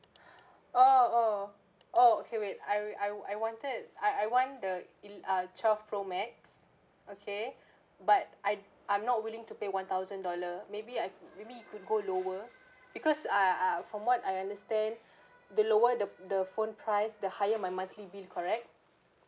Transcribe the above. oh oh oh okay wait I I I wanted I I want the el~ ah twelve pro max okay but I I'm not willing to pay one thousand dollar maybe I maybe it could go lower because I I from what I understand the lower the the phone price the higher my monthly bill correct